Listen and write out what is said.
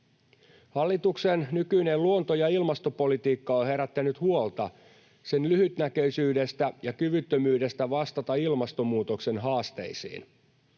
Hallituksen nykyinen luonto- ja ilmastopolitiikka on herättänyt huolta sen lyhytnäköisyydestä ja kyvyttömyydestä vastata ilmastonmuutoksen haasteisiin.